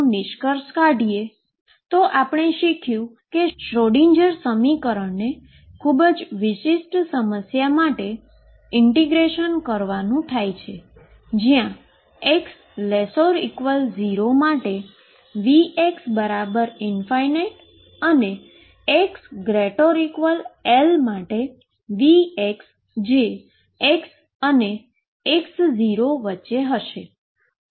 તેથી નિષ્કર્ષ પર આપણે શીખી શકીએ કે શ્રોડિંજર સમીકરણને ખૂબ જ વિશિષ્ટ સમસ્યા માટે ઈન્ટીગ્રેશન કરવાનું થાય છે જ્યાં x≤0 માટે Vx∞ અને x≥L માટે V જે તે x અને x૦ ની વચ્ચે હશે